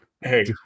Hey